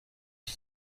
iki